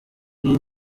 iyi